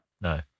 No